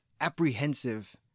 apprehensive